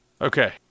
Okay